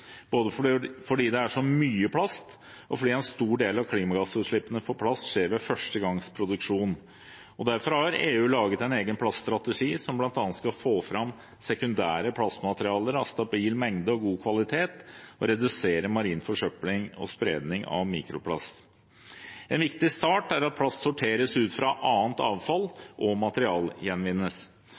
både fordi det er så mye plast, og fordi en stor del av klimagassutslippene fra plast skjer ved første gangs produksjon. Derfor har EU laget en egen plaststrategi som bl.a. skal få fram sekundære plastmaterialer av stabil mengde og god kvalitet og redusere marin forsøpling og spredning av mikroplast. En viktig start er at plast sorteres ut fra annet avfall og materialgjenvinnes.